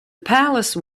palace